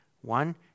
One